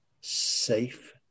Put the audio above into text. safe